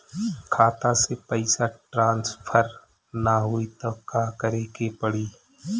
खाता से पैसा टॉसफर ना होई त का करे के पड़ी?